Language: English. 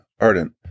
ardent